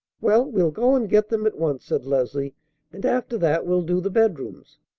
well, we'll go and get them at once, said leslie and after that we'll do the bedrooms.